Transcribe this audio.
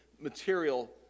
material